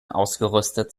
ausgerüstet